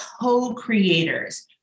co-creators